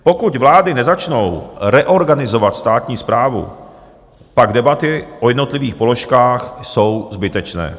Pokud vlády nezačnou reorganizovat státní správu, pak debaty o jednotlivých položkách jsou zbytečné.